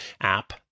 app